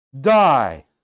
die